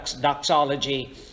doxology